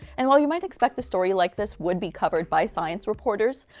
and while you might expect the story like this would be covered by science reporters,